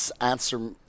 answer